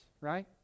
right